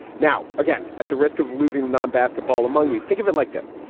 now, again, at the risk of losing the non basketball among you, think of it like this.